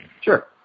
Sure